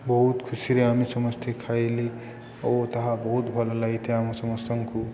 ବହୁତ ଖୁସିରେ ଆମେ ସମସ୍ତେ ଖାଇଲେ ଓ ତାହା ବହୁତ ଭଲ ଲାଗିଥାଏ ଆମ ସମସ୍ତଙ୍କୁ